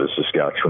Saskatchewan